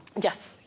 Yes